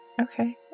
Okay